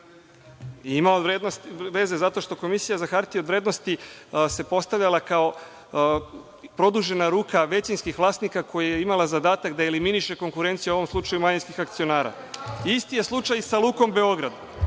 Ima veze, zato što Komisija za hartije od vrednosti se postavljala kao produžena ruka većinskih vlasnika koje je imala zadatak da eliminiše konkurenciju, a u ovom slučaju manjinskih akcionara. Isti je slučaj i sa „Lukom Beograd“.